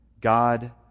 God